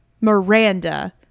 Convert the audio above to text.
Miranda